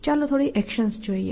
તેથી ચાલો થોડી એક્શન્સ જોઈએ